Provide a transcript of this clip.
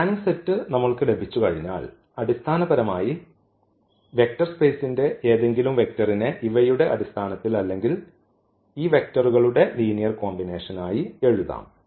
spanning set നമ്മൾക്ക് ലഭിച്ചുകഴിഞ്ഞാൽ അടിസ്ഥാനപരമായി വെക്റ്റർ സ്പേസ്ന്റെ ഏതെങ്കിലും വെക്റ്ററിനെ ഇവയുടെ അടിസ്ഥാനത്തിൽ അല്ലെങ്കിൽ ഈ വെക്റ്ററുകളുടെ ലീനിയർ കോമ്പിനേഷൻ ആയി എഴുതാം